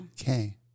Okay